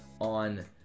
on